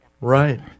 Right